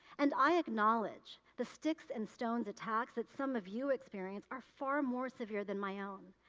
and, i acknowledge the sticks and stones attacks that some of you experience are far more severe than my own,